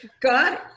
God